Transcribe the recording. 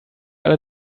alle